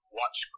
watch